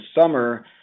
summer